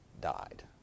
died